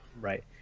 Right